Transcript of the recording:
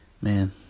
man